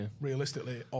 realistically